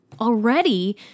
Already